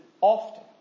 often